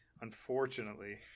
Unfortunately